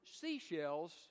seashells